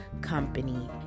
company